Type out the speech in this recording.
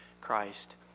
Christ